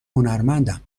هنرمندم